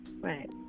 Right